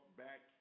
back